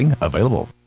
available